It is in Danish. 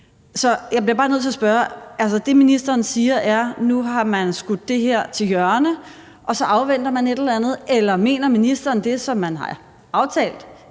Så jeg bliver bare nødt til at spørge, om det, ministeren siger, er, at nu har man skudt det her til hjørne, og så afventer man et eller andet. Eller mener ministeren det, som vi har aftalt